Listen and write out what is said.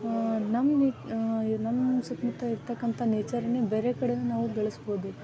ನಮ್ಮ ಈ ನಮ್ಮ ಸುತ್ತಮುತ್ತ ಇರತಕ್ಕಂಥ ನೇಚರ್ನೆ ಬೇರೆ ಕಡೆನೂ ನಾವು ಬೆಳೆಸ್ಬೋದು